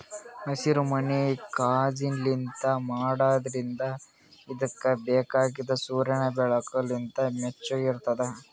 ಹಸಿರುಮನಿ ಕಾಜಿನ್ಲಿಂತ್ ಮಾಡಿದ್ರಿಂದ್ ಇದುಕ್ ಬೇಕಾಗಿದ್ ಸೂರ್ಯನ್ ಬೆಳಕು ಲಿಂತ್ ಬೆಚ್ಚುಗ್ ಇರ್ತುದ್